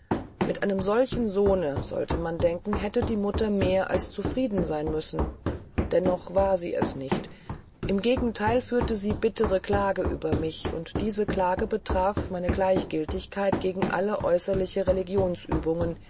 mit einem solchen sohne sollte man denken hätte die mutter mehr als zufrieden sein müssen dennoch war sie es nicht im gegentheil führte sie bittere klage über mich und diese klage betraf meine gleichgiltigkeit gegen alle äußerlichen